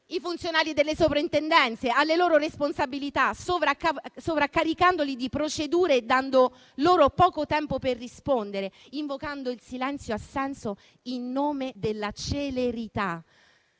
i funzionari delle Soprintendenze alle loro responsabilità, sovraccaricandoli di procedure e dando loro poco tempo per rispondere, invocando il silenzio assenso in nome della celerità,